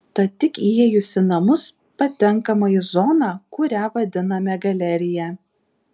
tad tik įėjus į namus patenkama į zoną kurią vadiname galerija